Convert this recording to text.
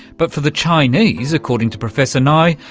but for the chinese, according to professor nye,